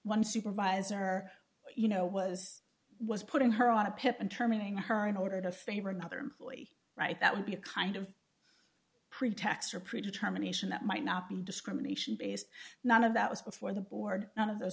one supervisor you know was was putting her on a pip and terminating her in order to favor another employee right that would be a kind of pretext for pre determination that might not be discrimination based none of that was before the board none of those